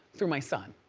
through my son.